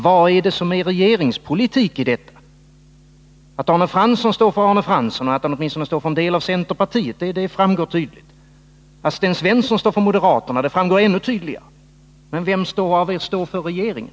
Vad är det som är regeringspolitik i detta? Att Arne Fransson står för Arne Fransson och att han åtminstone står för en del av centerpartiet, det framgår tydligt. Att Sten Svensson står för moderaterna framgår ännu tydligare. Men vem av er står för regeringen?